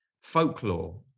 folklore